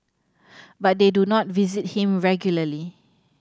but they do not visit him regularly